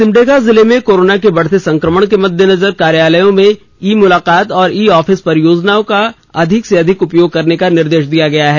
सिमडेगा जिले में कोरोना के बढ़ते संक्रमण के मद्देनजर कार्यालयों में ई मुलाकात और ई ऑफिस परियोजना का अधिक से अधिक उपयोग करने का निर्देश दिया गया है